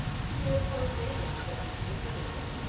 to be apologetic for his liberalism.